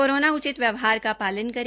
corona उचित व्यवहार का पालन करें